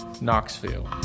Knoxville